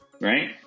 right